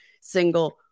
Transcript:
single